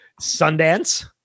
Sundance